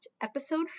episode